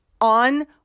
on